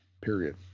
Period